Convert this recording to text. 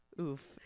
oof